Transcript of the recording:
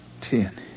Ten